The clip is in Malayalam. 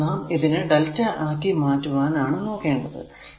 ഇനി നാം ഇതിനെ Δ ആക്കി മാറ്റുവാൻ ആണ് നോക്കേണ്ടത്